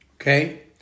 okay